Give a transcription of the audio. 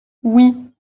oui